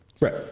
Right